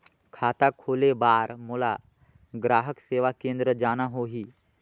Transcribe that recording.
खाता खोले बार मोला ग्राहक सेवा केंद्र जाना होही?